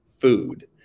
food